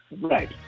Right